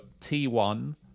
T1